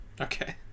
Okay